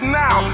now